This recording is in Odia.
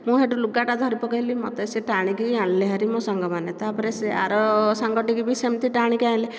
ମୁଁ ସେଇଠୁ ଲୁଗାଟା ଧରିପକେଇଲି ମୋତେ ସେ ଟାଣିକି ଆଣିଲେ ହେରି ମୋ ସାଙ୍ଗମାନେ ତାପରେ ସେ ଆର ସାଙ୍ଗଟିକୁ ଭି ସେମିତି ଟାଣିକି ଆଣିଲେ